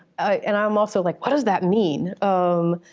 and i'm also like, what does that mean? um,